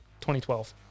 2012